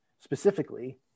specifically